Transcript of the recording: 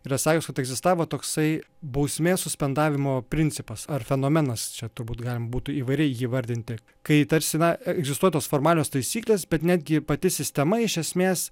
yra sakius kad egzistavo toksai bausmės suspendavimo principas ar fenomenas čia turbūt galima būtų įvairiai jį įvardinti kai tarsi na egzistuoja tos formalios taisyklės bet netgi pati sistema iš esmės